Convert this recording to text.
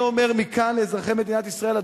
אני אומר מכאן לאזרחי מדינת ישראל,